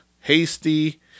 Hasty